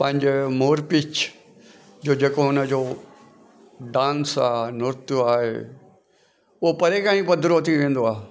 पंहिंजे मोर पींछ जो जेको हुनजो डांस आहे नृतु आहे उहो परे खां ई पधिरो थी वेंदो आहे